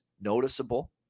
noticeable